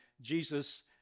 Jesus